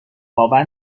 باور